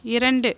இரண்டு